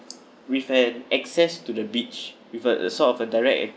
with an access to the beach with uh a sort of a direct